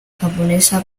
japonesa